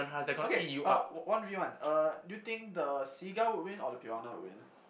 okay uh one V one uh do you think the seagull will win or the piranha will win